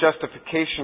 justification